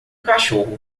cachorro